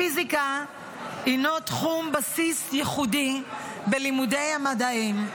הפיזיקה היא תחום בסיס ייחודי בלימודי המדעים,